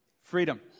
Freedom